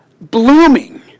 blooming